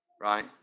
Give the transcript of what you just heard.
Right